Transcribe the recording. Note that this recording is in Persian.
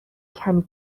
کمی